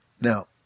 Now